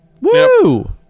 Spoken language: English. woo